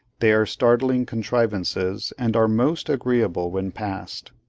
they are startling contrivances, and are most agreeable when passed.